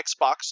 Xbox